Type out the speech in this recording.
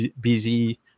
busy